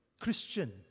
Christian